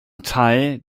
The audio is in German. teil